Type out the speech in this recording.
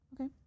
okay